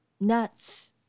nuts